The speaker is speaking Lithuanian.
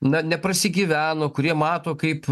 na neprasigyveno kurie mato kaip